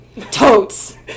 Totes